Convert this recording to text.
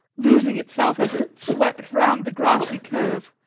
losing itself as it swept round the grassy curve,